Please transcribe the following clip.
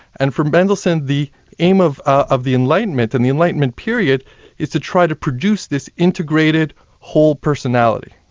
and for mendelssohn the aim of of the enlightenment and the enlightenment period is to try to produce this integrated whole personality.